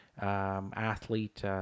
athlete